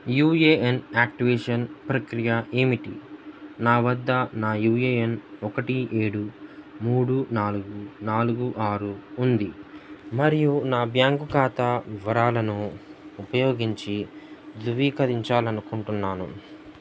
you A N activation ప్రక్రియ ఏమిటి నా వద్ద నా యూ ఏ ఎన్ ఒకటి ఏడు మూడు నాలుగు నాలుగు ఆరు ఉంది మరియు నా బ్యాంకు ఖాతా వివరాలను ఉపయోగించి ధృవీకరించాలి అనుకుంటున్నాను